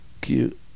Cute